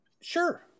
sure